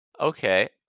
Okay